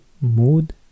Mood